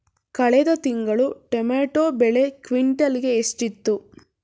ಕಳೆದ ತಿಂಗಳು ಟೊಮ್ಯಾಟೋ ಬೆಲೆ ಕ್ವಿಂಟಾಲ್ ಗೆ ಎಷ್ಟಿತ್ತು?